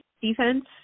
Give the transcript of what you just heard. defense